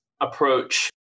approach